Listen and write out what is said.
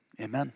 amen